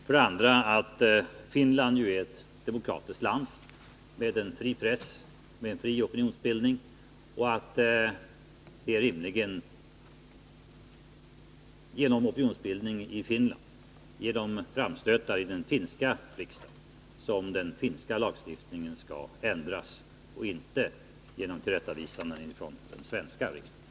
För det andra är Finland ett demokratiskt land med en fri press och med fri opinionsbildning. Det är rimligen genom opinionsbildning i Finland, genom framstötar i den finska riksdagen, som den finska lagstiftningen skall ändras och inte genom tillrättavisanden från den svenska riksdagen.